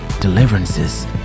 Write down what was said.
deliverances